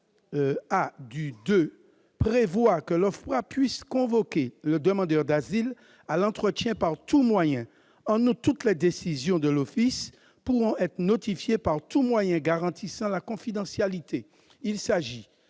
L. 723-6 prévoirait que l'OFPRA puisse convoquer le demandeur d'asile à l'entretien « par tout moyen ». En outre, toutes les décisions de l'Office pourraient être notifiées « par tout moyen garantissant la confidentialité